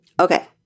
Okay